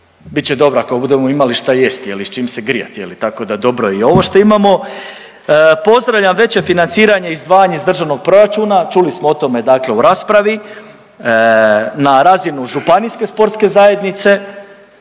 će dobro ako budemo imali šta jest je li i s čim se grijat je li tako da dobro i ovo što imamo. Pozdravljam veće financiranje, izdvajanje iz državnog proračuna, čuli smo o tome dakle u raspravi na razinu županijske sportske zajednice.